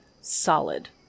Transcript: solid